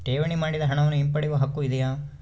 ಠೇವಣಿ ಮಾಡಿದ ಹಣವನ್ನು ಹಿಂಪಡೆಯವ ಹಕ್ಕು ಇದೆಯಾ?